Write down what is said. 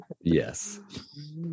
Yes